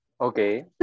Okay